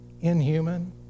inhuman